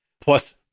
Plus